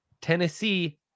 Tennessee